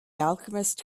alchemist